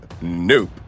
nope